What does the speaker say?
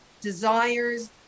desires